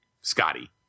Scotty